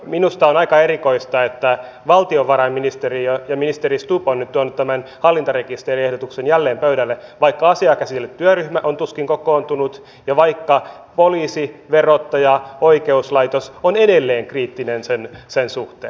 minusta on aika erikoista että valtiovarainministeriö ja ministeri stubb on nyt tuonut tämän hallintarekisteriehdotuksen jälleen pöydälle vaikka asiaa käsitellyt työryhmä on tuskin kokoontunut ja vaikka poliisi verottaja oikeuslaitos ovat edelleen kriittisiä sen suhteen